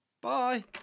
Bye